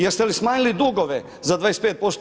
Jeste li smanjili dugove za 25%